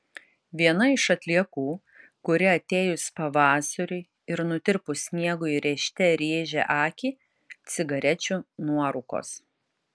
viena iš atliekų kuri atėjus pavasariui ir nutirpus sniegui rėžte rėžia akį cigarečių nuorūkos